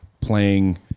playing